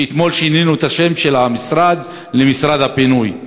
ואתמול שינינו את השם של המשרד למשרד הבינוי,